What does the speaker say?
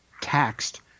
taxed